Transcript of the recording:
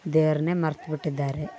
ದೇವ್ರನ್ನೆ ಮರ್ತು ಬಿಟ್ಟಿದ್ದಾರೆ